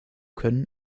können